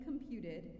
computed